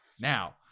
now